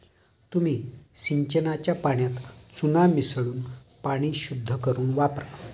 तुम्ही सिंचनाच्या पाण्यात चुना मिसळून पाणी शुद्ध करुन वापरा